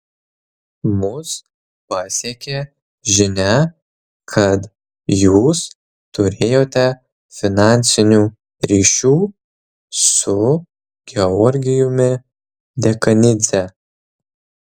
mus pasiekė žinia kad jūs turėjote finansinių ryšių su georgijumi dekanidze